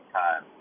time